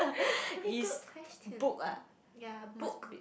very good question ya book